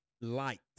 Light